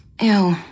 Ew